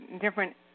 different